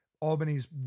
Albany's